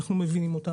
אנחנו מבינים את זה,